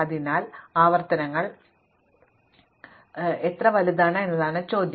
അതിനാൽ ആവർത്തന പ്രശ്നങ്ങൾ എത്ര വലുതാണെന്നതാണ് ചോദ്യം